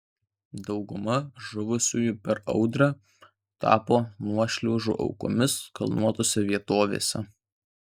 dauguma žuvusiųjų per audrą tapo nuošliaužų aukomis kalnuotose vietovėse